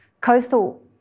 coastal